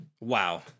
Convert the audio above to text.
Wow